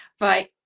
right